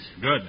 Good